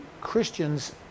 Christians